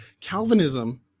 Calvinism